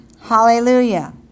Hallelujah